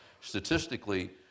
statistically